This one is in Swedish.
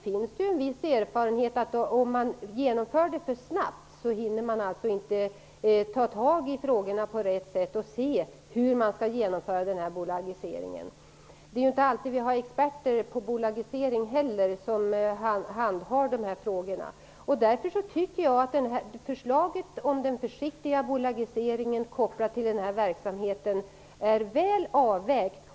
Om de genomförs för snabbt hinner man inte ta tag i frågorna på rätt sätt och se hur bolagiseringen skall genomföras. Det är inte alltid det är experter på bolagisering som handhar dessa frågor. Därför tycker jag att förslaget om den försiktiga bolagiseringen kopplat till den här verksamheten är väl avvägt.